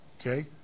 Okay